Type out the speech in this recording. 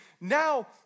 Now